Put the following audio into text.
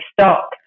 stock